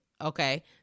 Okay